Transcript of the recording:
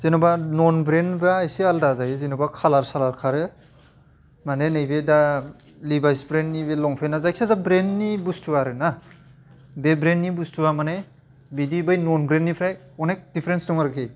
जेन'बा नन ब्रेन्डबा एसे आलदा जायो जेन'बा खालार सालार खारो माने नैबे दा लिभाइस ब्रेन्डनि बे लंपेन्टआ जायखियाजा ब्रेन्डनि बुस्थु आरोना बे ब्रेन्डनि बुस्थुवा माने बिदि बै नन ब्रेन्डनिफ्राय अनेक डिपारेन्स दं आरोखि